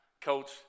Coach